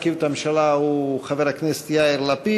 התשע"ה 2015, מאת חברי הכנסת קארין אלהרר,